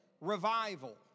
revival